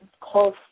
close